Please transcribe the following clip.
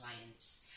clients